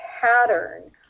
pattern